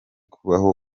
kubaho